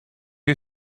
you